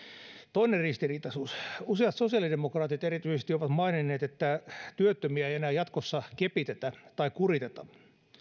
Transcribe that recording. toinen ristiriitaisuus useat sosiaalidemokraatit erityisesti ovat maininneet että työttömiä ei enää jatkossa kepitetä tai kuriteta